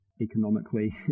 economically